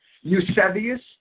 Eusebius